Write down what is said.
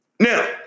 Now